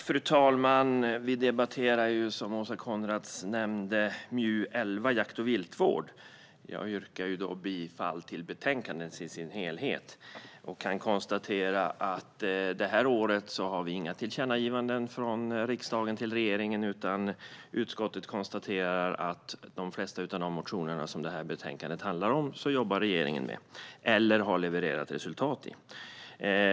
Fru talman! Vi debatterar, som Åsa Coenraads nämnde, MJU11 Jakt och viltvård . Jag yrkar bifall till utskottets förslag i sin helhet. Jag kan konstatera att utskottet inte har lagt fram förslag om tillkännagivanden från riksdagen till regeringen i år. Utskottet konstaterar att regeringen jobbar med eller har levererat resultat när det gäller de flesta av motionerna som betänkandet handlar om.